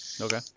Okay